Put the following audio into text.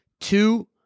two